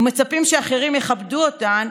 ומצפים שאחרים יכבדו אותן.